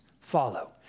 follow